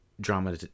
drama